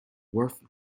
worth